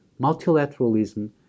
multilateralism